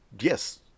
yes